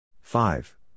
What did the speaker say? Five